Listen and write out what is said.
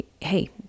hey